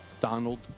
Donald